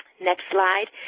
next slide,